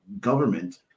government